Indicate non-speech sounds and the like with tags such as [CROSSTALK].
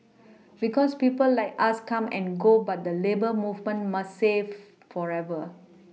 because people like us come and go but the labour movement must safe forever [NOISE]